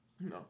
no